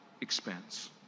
expense